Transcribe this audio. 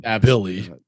Billy